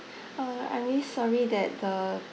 uh I'm really sorry that the